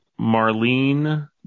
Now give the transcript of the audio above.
Marlene